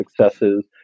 successes